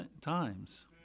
times